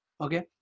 okay